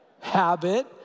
Habit